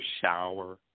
shower